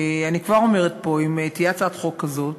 אני כבר אומרת פה, אם תהיה הצעת חוק כזאת